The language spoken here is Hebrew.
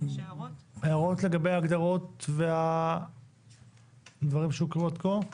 הערות לגבי ההגדרות והדברים שהוקראו עד כה?